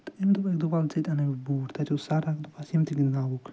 تہٕ أمی دوٚپ اَکہِ دۄہ وَل ژے تہِ اَنے بہٕ بوٗٹھ تَتہِ اوس سر اکھ دوٚپہس یِم تہِ گِنٛدناوُکھ